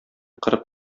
кырып